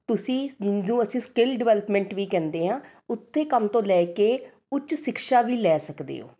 ਤੁਸੀਂ ਨੂੰ ਅਸੀਂ ਸਕਿੱਲ ਡੇਵੇਲਪਮੇਂਟ ਵੀ ਕਹਿੰਦੇ ਹਾਂ ਉੱਚੇ ਕੰਮ ਤੋਂ ਲੈ ਕੇ ਉੱਚ ਸ਼ਿਕਸ਼ਾ ਵੀ ਲੈ ਸਕਦੇ ਹੋ